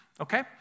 okay